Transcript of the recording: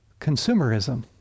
Consumerism